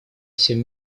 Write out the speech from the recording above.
всем